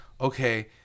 okay